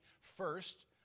first